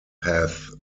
path